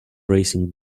racing